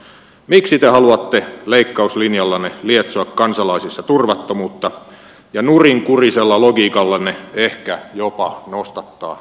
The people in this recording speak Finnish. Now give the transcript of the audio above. miksi te haluatte leikkauslinjallanne lietsoa kansalaisissa turvattomuutta ja nurinkurisella logiikallanne ehkä jopa nostattaa naton kannatusta